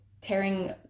tearing